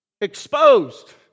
exposed